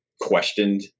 questioned